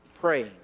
praying